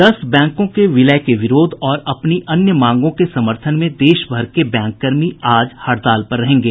दस बैंकों के विलय के विरोध और अपनी अन्य मांगों के समर्थन में देश भर के बैंक कर्मी आज हड़ताल पर रहेंगे